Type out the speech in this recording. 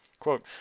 Quote